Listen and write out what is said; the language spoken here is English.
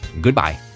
goodbye